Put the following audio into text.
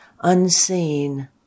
unseen